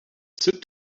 sit